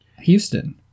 houston